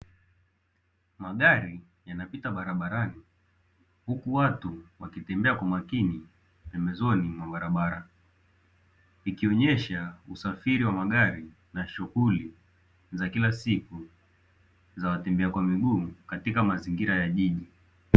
Magari yanapita barabarani huku watu wakitembea kwa makini, pembezoni mwa barabara, ikionesha usafiri wa magari na shughuli za kila siku za watembea kwa miguu katika mazingira ya jiji.